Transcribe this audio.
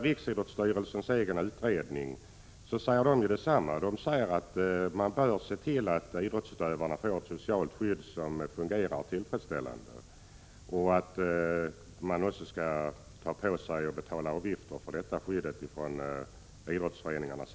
Riksidrottsstyrelsens egen utredning säger detsamma: Man bör se till att idrottsutövarna får ett socialt skydd som fungerar tillfredsställande och att idrottsföreningarna skall betala för detta.